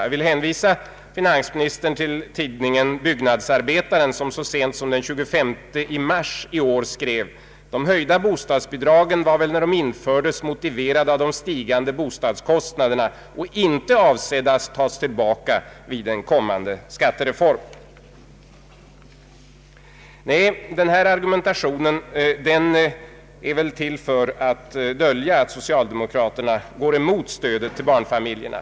Jag vill hänvisa finansministern till tidningen Byggnadsarbetaren som så sent som den 25 mars i år skrev på följande sätt: ”De höjda bostadsbidragen var väl när de infördes motiverade av de stigande bostadskostnaderna och inte avsedda att tas tillbaka vid en kommande skattereform.” Nej, den argumentation som förs är väl till för att dölja att socialdemokraterna går emot stödet till barnfamiljerna.